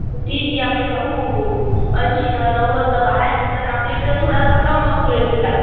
ती जे आपले गहू ऐंशी न नव्वदनं बाहेर मिळतात आपले इकडे थोडा कम वस्तूने मिळतात